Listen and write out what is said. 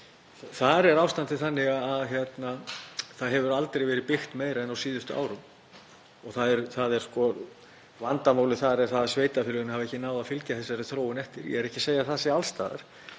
Þar er ástandið þannig að það hefur aldrei verið byggt meira en á síðustu árum. Vandamálið þar er að sveitarfélögin hafa ekki náð að fylgja þeirri þróun eftir. Ég er ekki að segja að það sé alls staðar